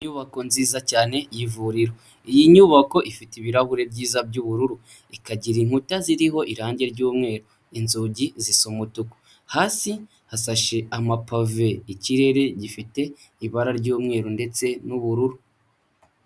Inyubako nziza cyane y'ivuriro, iyi nyubako ifite ibirahure byiza by'ubururu, ikagira inkuta ziriho irangi ry'umweru. Inzugi zisa umutuku, hasi hasashe amapave, ikirere gifite ibara ry'umweru ndetse n'ubururu.